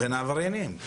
בין העבריינים.